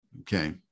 okay